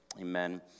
Amen